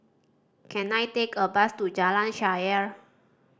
can I take a bus to Jalan Shaer